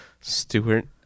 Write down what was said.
Stewart